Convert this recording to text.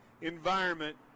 environment